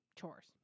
chores